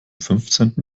fünfzehnten